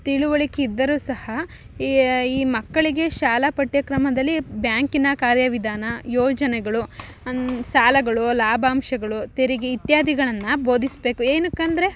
ತಿಳುವಳಿಕೆ ಇದ್ದರೂ ಸಹ ಈ ಈ ಮಕ್ಕಳಿಗೆ ಶಾಲೆ ಪಠ್ಯಕ್ರಮದಲಿ ಬ್ಯಾಂಕಿನ ಕಾರ್ಯವಿಧಾನ ಯೋಜನೆಗಳು ಅನ್ ಸಾಲಗಳು ಲಾಭಾಂಶಗಳು ತೆರಿಗೆ ಇತ್ಯಾದಿಗಳನ್ನು ಬೋಧಿಸ್ಬೇಕು ಏನಕ್ಕೆ ಅಂದರೆ